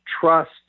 trust